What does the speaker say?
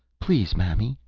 please, mammy,